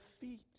feet